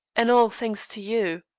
and all thanks to you.